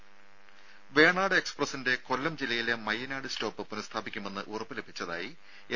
രുര വേണാട് എക്സ്പ്രസിന്റെ കൊല്ലം ജില്ലയിലെ മയ്യനാട് സ്റ്റോപ്പ് പുനസ്ഥാപിക്കുമെന്ന് ഉറപ്പ് ലഭിച്ചതായി എൻ